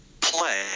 play